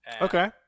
Okay